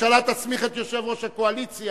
שהממשלה תסמיך את יושב-ראש הקואליציה,